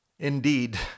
Indeed